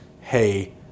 hey